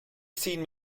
seen